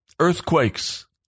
Earthquakes